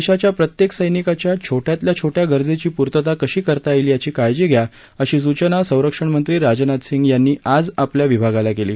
देशाच्या प्रत्येक सैनिकाच्या छोट्यातल्या छोट्या गरजेची पूर्तता कशी करता येईल याची काळजी घ्या अशी सूचना संरक्षण मंत्री राजनाथ सिंग यांनी आज आपल्या विभागाला केली